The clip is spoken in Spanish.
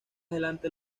adelante